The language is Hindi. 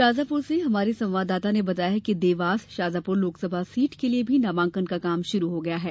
शाजापूर से हमारे संवाददाता ने बताया कि देवास शाजापुर लोकसभा सीट के लिए भी नामांकन काम शुरू हो गया है